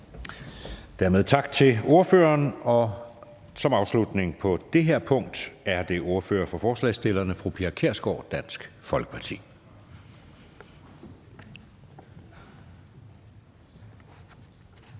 Dermed tak til ordføreren, og som afslutning på det her punkt er det ordføreren for forslagsstillerne, fru Pia Kjærsgaard, Dansk Folkeparti.